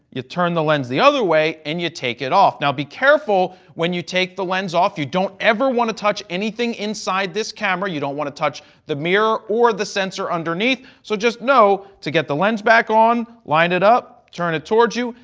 turn the lens the other way and you take it off. now, be careful when you take the lens off you don't ever want to touch anything inside this camera, you don't want to touch the mirror or the sensor underneath, so just know to get the lens back on, line it up, turn it towards you,